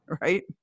right